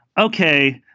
okay